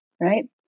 Right